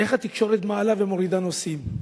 איך התקשורת מעלה ומורידה נושאים.